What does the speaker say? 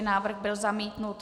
Návrh byl zamítnut.